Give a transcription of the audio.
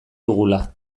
dugula